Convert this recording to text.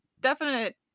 definite